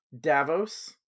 Davos